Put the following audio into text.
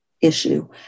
issue